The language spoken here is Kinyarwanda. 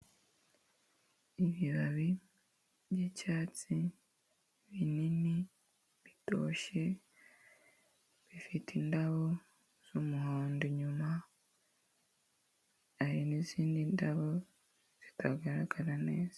Ibibabi by'icyatsi binini, bitoshye, bifite indabo z'umuhondo inyuma, hari n'izindi ndabo zitagaragara neza.